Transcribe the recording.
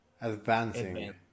advancing